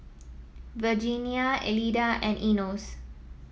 Virginia Elida and Enos